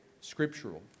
scriptural